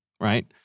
right